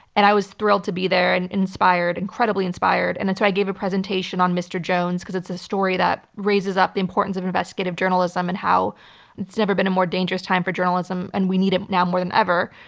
and i was thrilled to be there and inspired, incredibly inspired, and that's why i gave a presentation on mr. jones, because it's a story that raises up the importance of investigative journalism and how it's never been a more dangerous time for journalism, and we need it now more than ever.